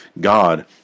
God